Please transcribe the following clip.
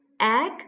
Egg